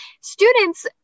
Students